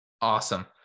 Awesome